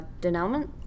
denouement